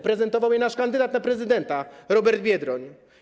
Prezentował je nasz kandydat na prezydenta Robert Biedroń.